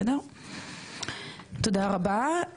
תודה רבה,